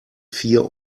vier